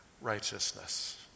righteousness